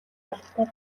албатай